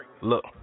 Look